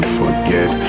forget